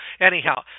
anyhow